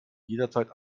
jederzeit